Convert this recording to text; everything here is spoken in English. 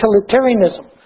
utilitarianism